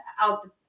out